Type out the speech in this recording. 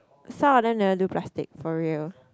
some of them never do plastic for real